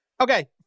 okay